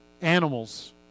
animals